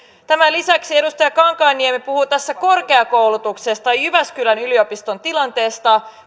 tämän lisäksi edustaja kankaanniemi puhui tässä korkeakoulutuksesta jyväskylän yliopiston tilanteesta